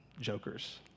jokers